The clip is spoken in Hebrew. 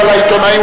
אלא לעיתונאים,